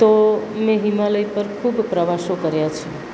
તો મેં હિમાલય પર ખૂબ પ્રવાસો કર્યા છે